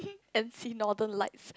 and see northern lights